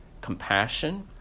compassion